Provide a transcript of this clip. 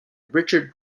richard